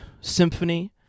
symphony